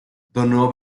donó